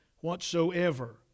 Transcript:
whatsoever